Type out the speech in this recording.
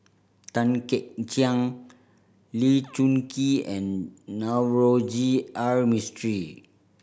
Tan Kek Hiang Lee Choon Kee and Navroji R Mistri